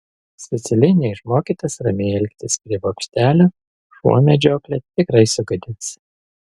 specialiai neišmokytas ramiai elgtis prie bokštelio šuo medžioklę tikrai sugadins